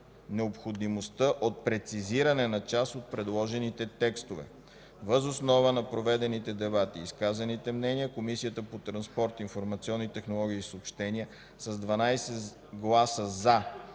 необходимостта от прецизиране на част от предложените текстове. Въз основа на проведените дебати и изказаните мнения Комисията по транспорт, информационни технологии и съобщения с 12 гласа